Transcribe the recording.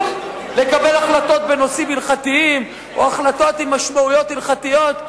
לקבל החלטות בנושאים הלכתיים או החלטות עם משמעויות הלכתיות.